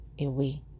away